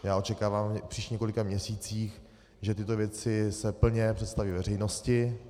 Já očekávám v příštích několika měsících, že tyto věci se plně představí veřejnosti.